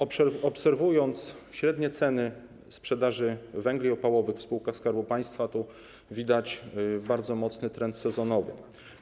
Obserwując średnie ceny sprzedaży węgli opałowych w spółkach Skarbu Państwa, widać bardzo mocny trend sezonowy.